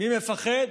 מי מפחד?